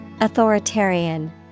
Authoritarian